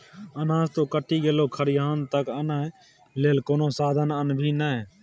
अनाज त कटि गेलै खरिहान तक आनय लेल कोनो साधन आनभी ने